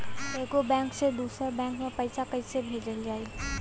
एगो बैक से दूसरा बैक मे पैसा कइसे भेजल जाई?